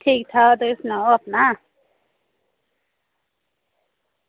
ठीक ठाक तुस सनाओ अपना